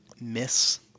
miss